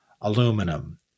aluminum